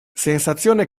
sensazione